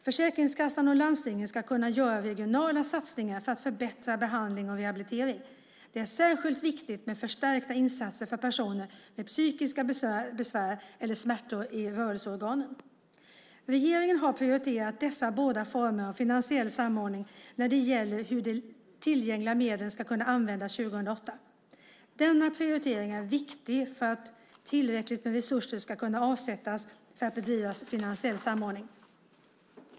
Försäkringskassan och landstingen ska kunna göra regionala satsningar för att förbättra behandling och rehabilitering. Det är särskilt viktigt med förstärkta insatser för personer med psykiska besvär eller smärtor i rörelseorganen. Regeringen har prioriterat dessa båda former av finansiell samordning när det gäller hur de tillgängliga medlen ska kunna användas för 2008. Denna prioritering är viktig för att tillräckligt med resurser ska kunna avsättas för att kunna bedriva finansiell samordning.